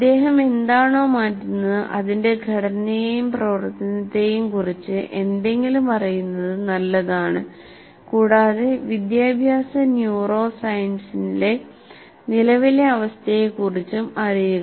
അദ്ദേഹം എന്താണോ മാറ്റുന്നത് അതിന്റെ ഘടനയെയും പ്രവർത്തനത്തെയും കുറിച്ച് എന്തെങ്കിലും അറിയുന്നത് നല്ലതാണ് കൂടാതെ വിദ്യാഭ്യാസ ന്യൂറോ സയൻസിന്റെ നിലവിലെ അവസ്ഥയെക്കുറിച്ചും അറിയുക